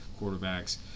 quarterbacks